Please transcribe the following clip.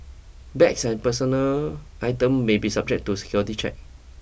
bags and personal items may be subjected to security checks